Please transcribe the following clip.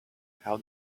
how